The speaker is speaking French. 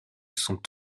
sont